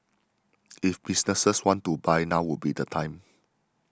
if businesses want to buy now would be the time